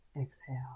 Exhale